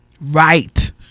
Right